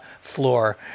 floor